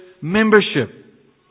membership